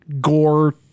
gore